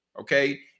okay